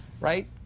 Right